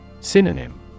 Synonym